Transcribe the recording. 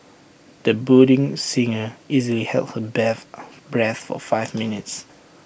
the budding singer easily held her breath for five minutes